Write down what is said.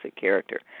character